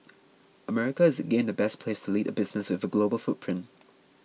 America is again the best place to lead a business with a global footprint